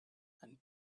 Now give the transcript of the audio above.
and